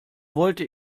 wollte